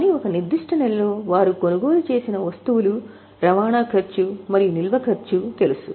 కానీ ఒక నిర్దిష్ట నెలలో వారు కొనుగోలు చేసిన వస్తువులు రవాణా ఖర్చు మరియు నిల్వ ఖర్చు తెలుసు